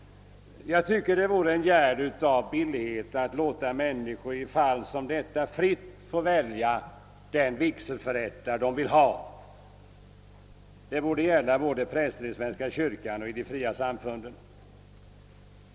Billighetsskälen talar för att låta människor i ett fall som detta fritt få välja den vigselförrättare de vill ha. Det borde gälla präster såväl i svenska kyrkan som i de fria samfunden.